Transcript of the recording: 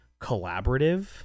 collaborative